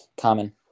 Common